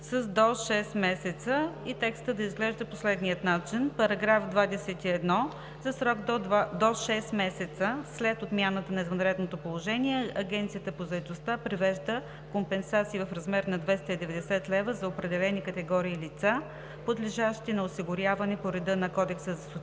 с „до шест месеца“ и текстът да изглежда по следния начин: „§ 21. За срок до 6 месеца след отмяната на извънредното положение Агенцията по заетостта превежда компенсация в размер на 290 лв. за определени категории лица, подлежащи на осигуряване по реда на Кодекса за социално